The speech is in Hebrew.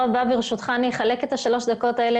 ברשותך אני אחלק את שלוש הדקות האלה